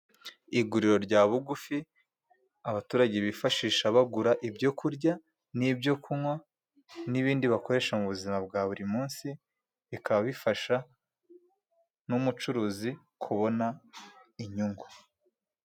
Iguriro rya bugufi abaturage bifashisha bagura ibyo kurya ni ibyokunywa, ni bindi bakoresha mu buzima bwa buri munsi, bikaba bifasha n'umucuruzi kubona inyungu.